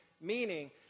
Meaning